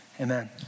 Amen